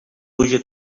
pluja